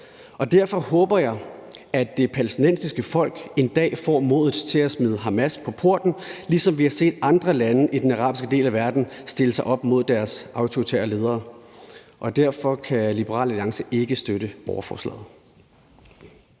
Og derfor håber jeg, at det palæstinensiske folk en dag får modet til at smide Hamas på porten, ligesom vi har set andre lande i den arabiske del af verden stille sig op mod deres autoritære ledere. Derfor kan Liberal Alliance ikke støtte borgerforslaget.